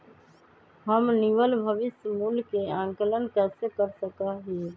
हम निवल भविष्य मूल्य के आंकलन कैसे कर सका ही?